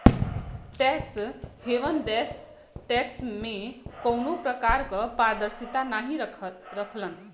tax haven देश tax में कउनो प्रकार क पारदर्शिता नाहीं रखलन